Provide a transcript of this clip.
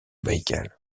baïkal